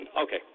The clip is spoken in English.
okay